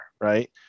right